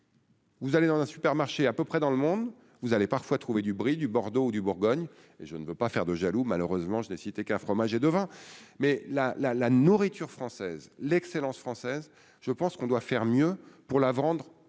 Vous allez dans un supermarché à peu près dans le monde, vous allez parfois trouver du bris du Bordeaux ou du Bourgogne et je ne veux pas faire de jaloux malheureusement je ai cité fromages et de vins mais la la la nourriture française l'excellence française, je pense qu'on doit faire mieux pour la vendre